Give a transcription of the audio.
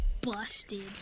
busted